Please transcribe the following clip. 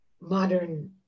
modern